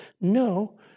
no